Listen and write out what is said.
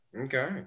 Okay